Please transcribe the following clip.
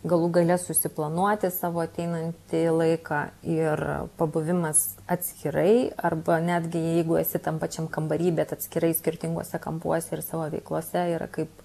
galų gale susiplanuoti savo ateinantį laiką ir pabuvimas atskirai arba netgi jeigu esi tam pačiam kambary bet atskirai skirtinguose kampuose ir savo veiklose yra kaip